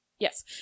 Yes